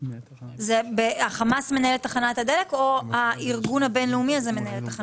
האם החמאס מנהל את תחנת הדלק או הארגון הבינלאומי הזה?